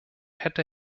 hätte